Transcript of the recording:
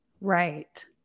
Right